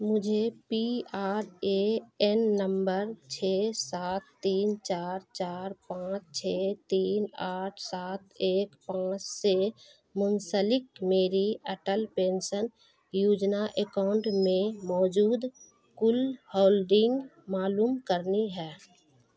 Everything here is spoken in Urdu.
مجھے پی آر اے این نمبر چھ سات تین چار چار پانچ چھ تین آٹھ سات ایک پانچ سے منسلک میری اٹل پینشن یوجنا اکاؤنٹ میں موجود کل ہولڈنگ معلوم کرنی ہے